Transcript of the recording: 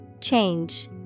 Change